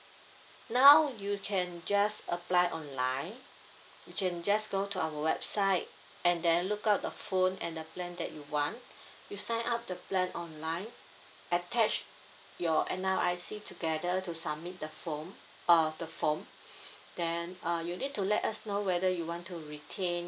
now you can just apply online you can just go to our website and then look up the phone and the plan that you want you sign up the plan online attach your N_R_I_C together to submit the form uh the form then uh you need to let us know whether you want to retain